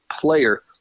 player